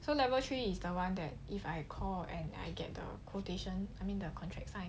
so level three is the one that if I call and I get the quotation I mean the contract sign